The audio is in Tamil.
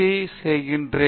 டி செய்கிறேன்